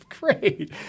Great